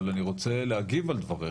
אבל אני רוצה להגיב על דבריך.